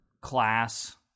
class